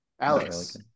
Alex